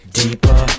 deeper